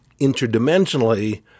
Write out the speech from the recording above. interdimensionally